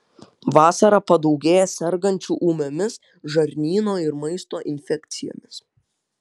vasarą padaugėja sergančių ūmiomis žarnyno ir maisto infekcijomis